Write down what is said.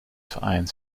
vereins